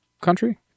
country